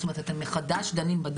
אתם דנים מחדש בדוח?